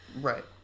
Right